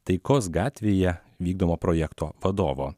taikos gatvėje vykdomo projekto vadovo